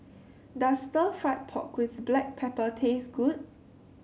does stir fry pork with Black Pepper taste good